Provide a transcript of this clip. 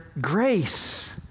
grace